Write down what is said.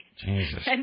Jesus